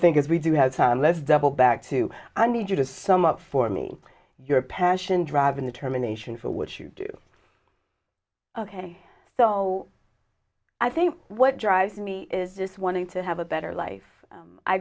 thing if we do have time let's double back to a need you to sum up for me your passion driving determination for what you do ok so i think what drives me is this wanting to have a better life